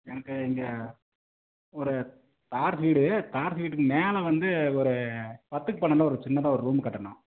எனக்கு இங்கே ஒரு தார் வீடு தார் வீட்டுக்கு மேலே வந்து ஒரு பத்துக்கு பன்னெண்டில் ஒரு சின்னதாக ஒரு ரூம் கட்டணும்